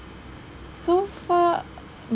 so far